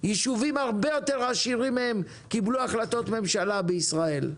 יישובים הרבה יותר עשירים מהם קיבלו החלטות ממשלה בישראל,